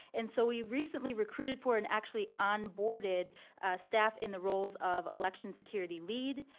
and so, we recently recruited for and actually onboarded staff in the roles of election security lead,